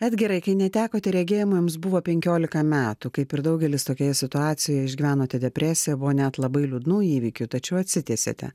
edgarai kai netekote regėjimo jums buvo penkiolika metų kaip ir daugelis tokioje situacijoje išgyvenote depresiją buvo net labai liūdnų įvykių tačiau atsitiesėte